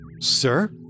Sir